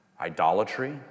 idolatry